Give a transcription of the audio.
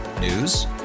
News